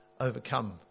overcome